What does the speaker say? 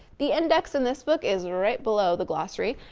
the index in this book is right below the glossary.